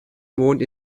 mond